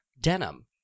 denim